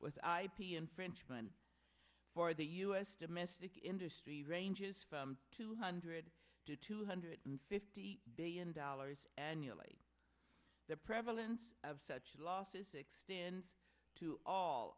with ip and frenchman for the us domestic industry ranges from two hundred to two hundred and fifty billion dollars annually the prevalence of such losses extends to all